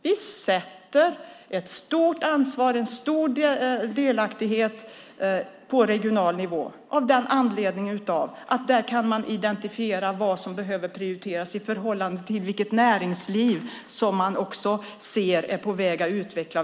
Vi låter den regionala nivån få ett stort ansvar och en stor delaktighet av den anledningen att man där kan identifiera vad som behöver prioriteras i förhållande till vilket näringsliv som man ser är på väg att utvecklas.